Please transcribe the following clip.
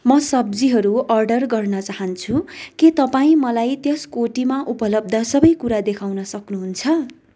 म सब्जीहरू अर्डर गर्न चहान्छु के तपाईँ मलाई त्यस कोटीमा उपलब्ध सबै कुरा देखाउन सक्नुहुन्छ